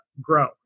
grow